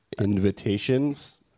Invitations